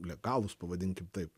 legalūs pavadinkim taip